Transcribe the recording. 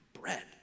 bread